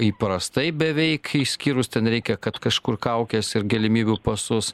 įprastai beveik išskyrus ten reikia kad kažkur kaukes ir galimybių pasus